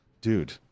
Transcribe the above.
dude